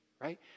Right